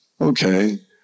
okay